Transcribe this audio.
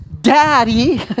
daddy